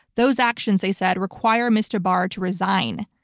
those actions they said, require mr. barr to resign.